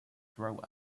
throw